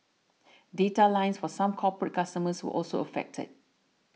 data lines for some corporate customers were also affected